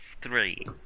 three